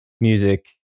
music